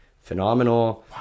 phenomenal